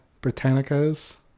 Britannicas